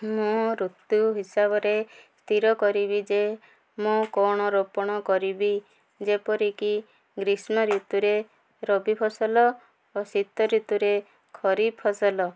ମୁଁ ଋତୁ ହିସାବରେ ସ୍ଥିର କରିବି ଯେ ମୁଁ କ'ଣ ରୋପଣ କରିବି ଯେପରିକି ଗ୍ରୀଷ୍ମ ଋତୁରେ ରବି ଫସଲ ଓ ଶୀତ ଋତୁରେ ଖରିଫ ଫସଲ